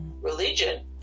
religion